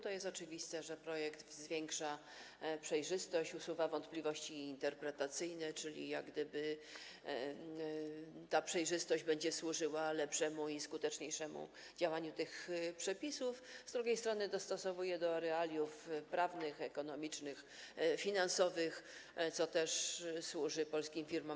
To jest oczywiste, że projekt zwiększa przejrzystość, usuwa wątpliwości interpretacyjne, czyli ta przejrzystość będzie służyła lepszemu i skuteczniejszemu działaniu tych przepisów, a z drugiej strony dostosowuje do realiów prawnych, ekonomicznych, finansowych, co też służy działającym polskim firmom.